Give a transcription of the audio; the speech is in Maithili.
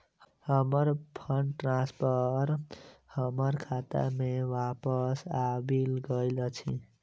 हमर फंड ट्रांसफर हमर खाता मे बापस आबि गइल अछि